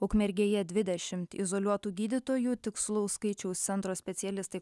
ukmergėje dvidešimt izoliuotų gydytojų tikslaus skaičiaus centro specialistai